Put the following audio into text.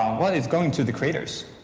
um but it's going to the creators.